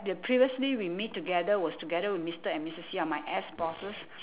the previously we meet together was together with mister and missus yam my ex-bosses